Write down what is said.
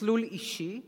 מסלול אישי,